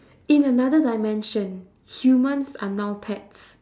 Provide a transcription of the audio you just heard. in another dimension humans are now pets